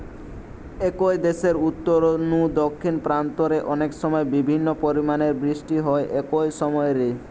একই দেশের উত্তর নু দক্ষিণ প্রান্ত রে অনেকসময় বিভিন্ন পরিমাণের বৃষ্টি হয় একই সময় রে